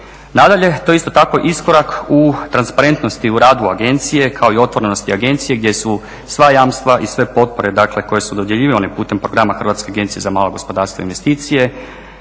Nadalje, to je isto tako iskorak u transparentnosti u radu agencije kao i otvorenosti agencije gdje su sva jamstva i sve potpore dakle koje su dodjeljivane putem programa Hrvatske agencije za malo gospodarstvo i investicije